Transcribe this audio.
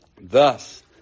Thus